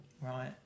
right